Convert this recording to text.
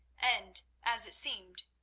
and, as it seemed,